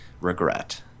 regret